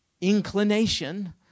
inclination